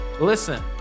Listen